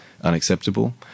unacceptable